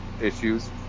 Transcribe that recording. issues